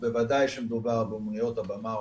ובוודאי שמדובר באומנויות הבמה,